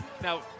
Now